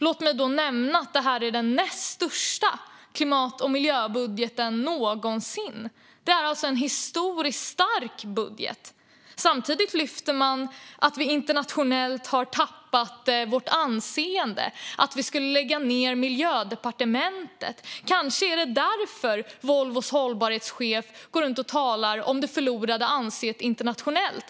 Låt mig nämna att detta är den näst största klimat och miljöbudgeten någonsin. Det är en historiskt stark budget. Samtidigt tar man upp att vi har tappat vårt anseende internationellt och att vi skulle lägga ned Miljödepartementet. Kanske är det därför Volvos hållbarhetschef går runt och talar om det förlorade anseendet internationellt.